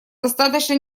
достаточно